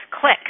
Click